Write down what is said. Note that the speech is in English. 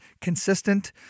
consistent